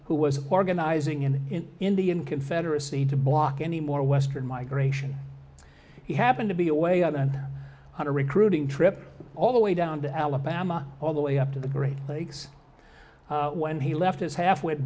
who was organizing in indian confederacy to block any more western migration he happened to be away on and on a recruiting trip all the way down to alabama all the way up to the great lakes when he left his half